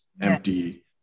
empty